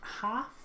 half